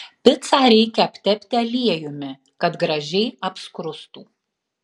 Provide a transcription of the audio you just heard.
picą reikia aptepti aliejumi kad gražiai apskrustų